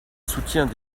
soutient